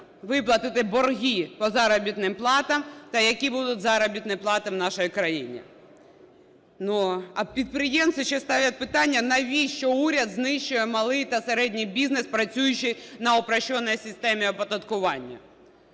виплатити борги по заробітним платам та які будуть заробітні плати в нашій країні? А підприємці ще ставлять питання: навіщо уряд знищує малий та середній бізнес, працюючий на упрощенной системі оподаткування.